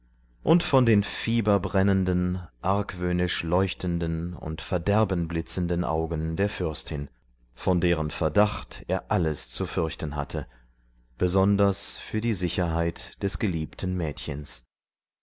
und von den fieberbrennenden argwöhnisch leuchtenden und verderbenblitzenden augen der fürstin von deren verdacht er alles zu fürchten hatte besonders für die sicherheit des geliebten mädchens